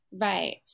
Right